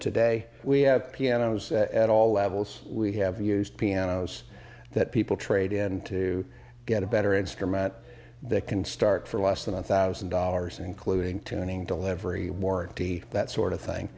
today we have pianos at all levels we have used pianos that people trade in to get a better instrument that can start for less than one thousand dollars including tuning delivery warranty that sort of thing